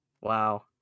Wow